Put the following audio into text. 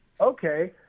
Okay